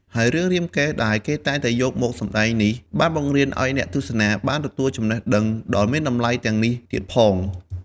ហើយរឿងរាមកេរ្តិ៍ដែលគេតែងយកមកសម្តែងនេះ បានបង្រៀនឲ្យអ្នកទស្សនាបានទទួលចំណេះដឹងដ៏មានតម្លៃទាំងនេះទៀតផង។